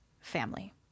family